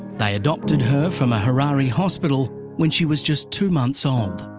they adopted her from a harare hospital when she was just two months old.